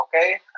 okay